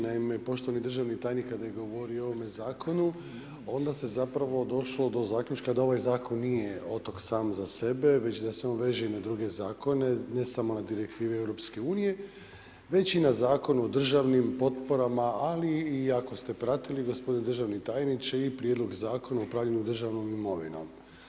Naime, poštovani državni tajnik, kad je govorio o ovome zakonu, onda se zapravo došlo do zaključka, da ovaj zakon nije otok sam za sebe, već da se i on veže i na druge zakone, ne samo na direktivi EU već i na Zakon o državnim potporama, ali i ako ste pratili i gospodin državni tajniče i prijedlog Zakona o upravljanju državnom imovinom.